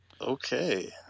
Okay